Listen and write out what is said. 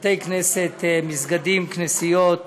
בתי-כנסת, מסגדים, כנסיות,